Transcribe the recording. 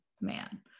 man